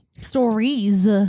Stories